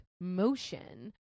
motion